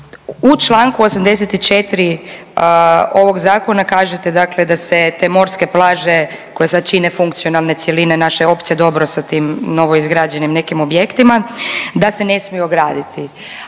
u Članku 84. ovog zakona kažete dakle da se te morske plaže koje sad čine funkcionalne cjeline naše opće dobro sa tim novoizgrađenim nekim objektima da se ne smiju ograditi.